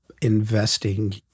investing